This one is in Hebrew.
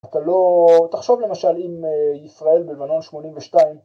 אתה לא, תחשוב למשל אם ישראל בלבנון 82